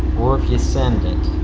or if you send it,